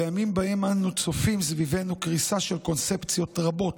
בימים שבהם אנו צופים סביבנו בקריסה של קונספציות רבות,